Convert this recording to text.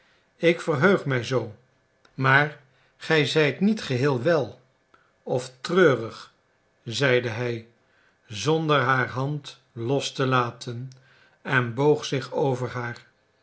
ik verheug mij zoo maar gij zijt niet geheel wel of treurig zeide hij zonder haar hand los te laten en boog zich over haar